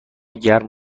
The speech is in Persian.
گرم